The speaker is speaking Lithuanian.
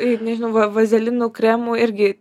ir nežinau va vazelinų kremų irgi